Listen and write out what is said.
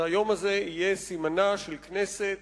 שהיום הזה יהיה סימנה של כנסת